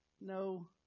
no